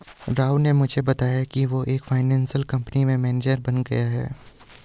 राव ने मुझे बताया कि वो एक फाइनेंस कंपनी में मैनेजर बन गया है